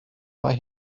mae